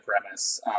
premise